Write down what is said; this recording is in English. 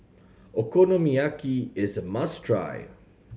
okonomiyaki is a must try